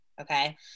okay